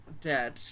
dead